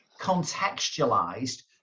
contextualized